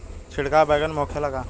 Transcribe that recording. छिड़काव बैगन में होखे ला का?